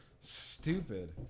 Stupid